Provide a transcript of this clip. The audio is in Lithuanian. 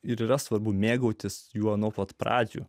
ir yra svarbu mėgautis juo nuo pat pradžios